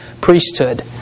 priesthood